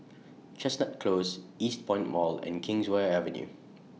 Chestnut Close Eastpoint Mall and Kingswear Avenue